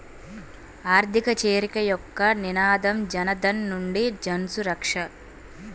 ఆర్థిక చేరిక యొక్క నినాదం జనధన్ నుండి జన్సురక్ష